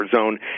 zone